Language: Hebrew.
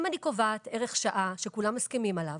אם אני קובעת ערך שעה שכולם מסכימים עליו,